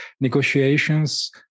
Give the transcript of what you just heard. negotiations